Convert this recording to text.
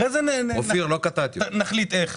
אחרי זה נחליט איך.